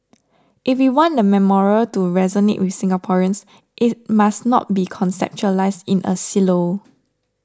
if we want the memorial to resonate with Singaporeans it must not be conceptualised in a silo